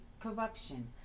corruption